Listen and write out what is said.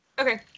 Okay